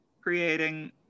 creating